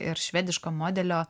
ir švediško modelio